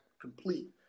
complete